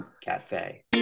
cafe